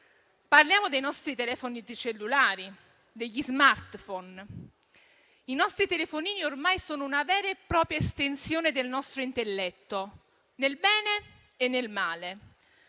parliamo dei nostri telefoni cellulari, degli *smartphone*. I nostri telefonini ormai sono una vera e propria estensione del nostro intelletto, nel bene e nel male.